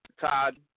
Todd